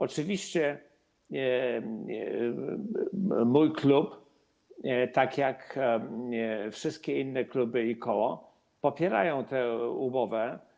Oczywiście mój klub, tak jak wszystkie inne kluby i koła, popiera tę umowę.